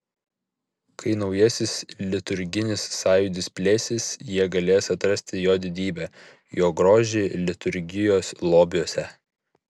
kai naujasis liturginis sąjūdis plėsis jie galės atrasti jo didybę jo grožį liturgijos lobiuose